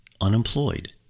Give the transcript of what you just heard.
unemployed